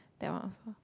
there are also